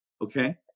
okay